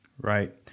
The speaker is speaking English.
Right